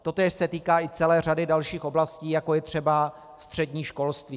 Totéž se týká i celé řady dalších oblastí, jako je třeba střední školství.